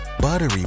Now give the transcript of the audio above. buttery